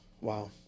Wow